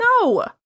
No